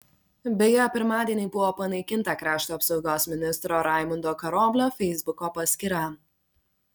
beje pirmadienį buvo panaikinta krašto apsaugos ministro raimundo karoblio feisbuko paskyra